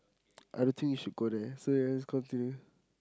I don't think you should go there so yes continue